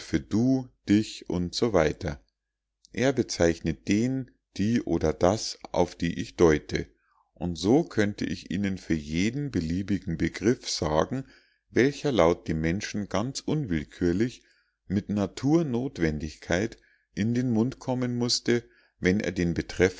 für du dich und so weiter er bezeichnet den die oder das auf die ich deute und so könnte ich ihnen für jeden beliebigen begriff sagen welcher laut dem menschen ganz unwillkürlich mit naturnotwendigkeit in den mund kommen mußte wenn er den